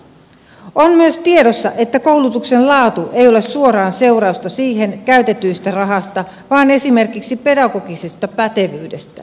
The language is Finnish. on myös tiedossa että koulutuksen laatu ei ole suoraan seurausta siihen käytetystä rahasta vaan esimerkiksi pedagogisesta pätevyydestä